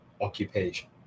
occupation